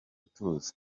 tuzi